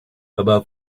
about